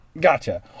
gotcha